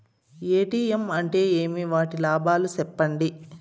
ATM అంటే ఏమి? వాటి లాభాలు సెప్పండి?